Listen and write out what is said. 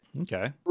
Okay